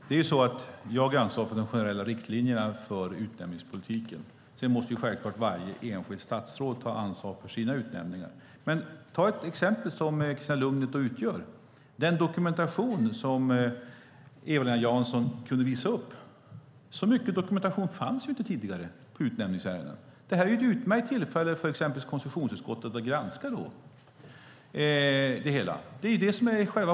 Herr talman! Jag är ansvarig för de generella riktlinjerna för utnämningspolitiken. Varje enskilt statsråd måste ta ansvar för sina utnämningar. Vi kan titta på exemplet med Christina Lugnet. Så mycket dokumentation som den som Eva-Lena Jansson talar om fanns ju inte tidigare i utnämningsärendena. Det här är ett utmärkt fall för konstitutionsutskottet att granska.